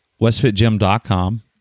westfitgym.com